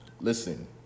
Listen